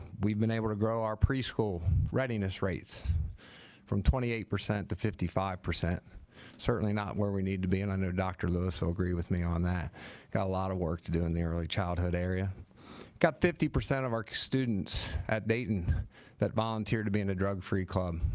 we've been able to grow our pre school readiness rates from twenty eight percent to fifty five percent certainly not where we need to be and under dr. lewis will agree with me on that got a lot of work to do in the early childhood area got fifty percent of our students at dayton that volunteered to being a drug-free club